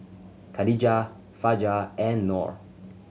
Khadija Fajar and Nor